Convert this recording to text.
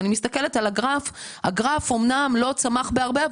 אני מסתכלת על הגרף והוא אומנם לא צמח בהרבה,